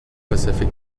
pacific